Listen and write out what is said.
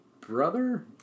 brother